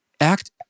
Act